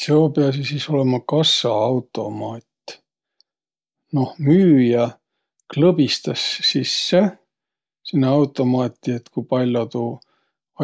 Seo piäsiq sis olõma kassaautomaat? Noh, müüjä klõbistas sisse sinnäq automaati, et kupall'o tuu